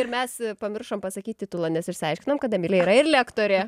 ir mes pamiršom pasakyt titulą nes išsiaiškinom kad emilija yra ir lektorė